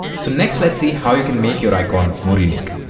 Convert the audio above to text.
so next let's see how you can make your icon more unique